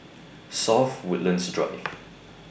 South Woodlands Drive